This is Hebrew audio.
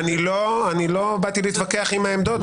אני לא באתי להתווכח עם העמדות.